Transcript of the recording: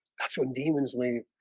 that's when demons leave.